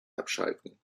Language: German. abschalten